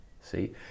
see